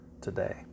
today